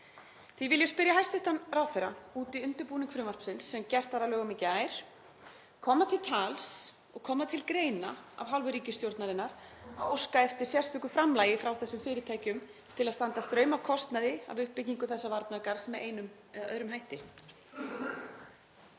Því vil ég spyrja hæstv. ráðherra út í undirbúning frumvarpsins sem gert var að lögum í gær: Kom það til tals og kom það til greina af hálfu ríkisstjórnarinnar að óska eftir sérstöku framlagi frá þessum fyrirtækjum til að standa straum af kostnaði af uppbyggingu þessa varnargarðs með einum eða öðrum hætti?